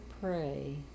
pray